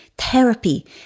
therapy